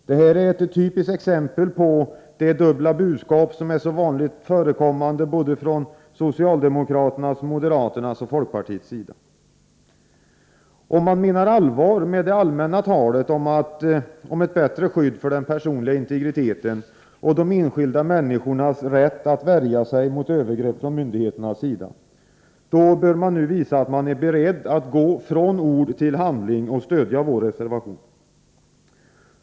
Detta är ett typiskt exempel på det dubbla budskap som är så vanligt förekommande från socialdemokraternas, moderaternas och folkpartiets sida. Om man menar allvar med det allmänna talet om bättre skydd för den personliga integriteten och de enskilda människornas rätt att värja sig mot övergrepp från myndigheternas sida, då bör man nu visa att man är beredd att gå från ord till handling och stödja vår reservation.